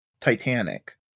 Titanic